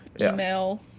email